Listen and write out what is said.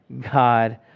God